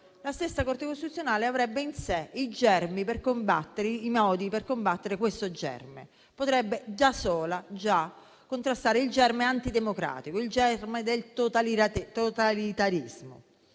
natura la Corte costituzionale avrebbe in sé i modi per combattere questo germe, potrebbe da sola già contrastare il germe antidemocratico, il germe del totalitarismo.